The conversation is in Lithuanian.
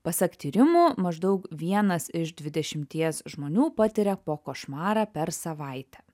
pasak tyrimų maždaug vienas iš dvidešimties žmonių patiria po košmarą per savaitę